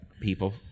people